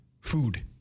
food